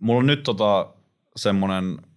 Mulla on nyt tota semmonen